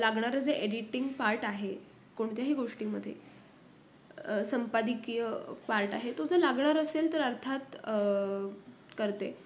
लागणारं जे editing part आहे कोणत्याही गोष्टींमध्ये संपादकीय पार्ट आहे तो जर लागणार असेल तर अर्थात करते